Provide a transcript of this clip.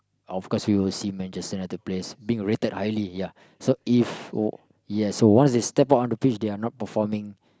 of course we will see Manchester-United players being rated highly ya so if o~ yes so once they step out on the pitch they are not performing